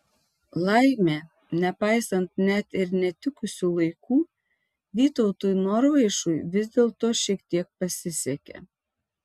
laimė nepaisant net ir netikusių laikų vytautui norvaišui vis dėlto šiek tiek pasisekė